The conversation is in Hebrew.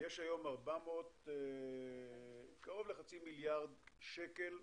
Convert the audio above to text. יש היום קרוב לחצי מיליארד שקל,